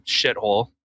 shithole